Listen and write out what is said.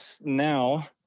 now